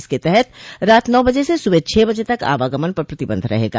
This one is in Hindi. इसके तहत रात नौ बजे से सुबह छः बजे तक आवागमन पर प्रतिबंध रहेगा